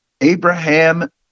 abraham